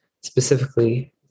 specifically